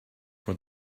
for